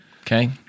Okay